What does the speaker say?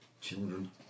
Children